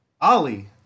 Ali